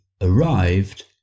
arrived